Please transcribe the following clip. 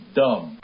dumb